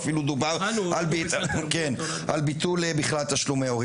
על ביטול בכלל תשלומי הורים.